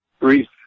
brief